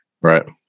right